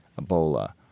Ebola